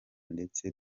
ndetse